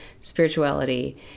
spirituality